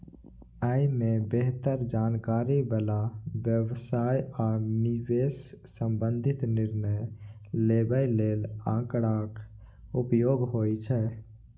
अय मे बेहतर जानकारी बला व्यवसाय आ निवेश संबंधी निर्णय लेबय लेल आंकड़ाक उपयोग होइ छै